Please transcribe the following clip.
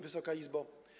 Wysoka Izbo!